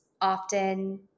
often